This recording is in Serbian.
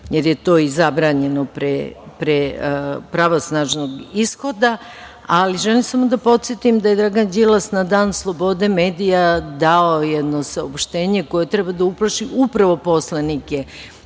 jer je to i zabranjeno pre pravosnažnog ishoda, ali želim samo da podsetim da je Dragan Đilas na dan slobode medija dao jedno saopštenje koje treba da uplaši upravo poslanike